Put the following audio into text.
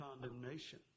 condemnation